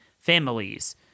families